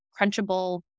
crunchable